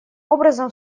образом